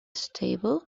stable